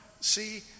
see